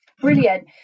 Brilliant